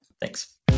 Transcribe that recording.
Thanks